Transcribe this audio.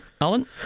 Alan